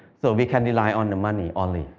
so we can rely on the money only.